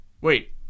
Wait